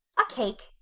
a cake,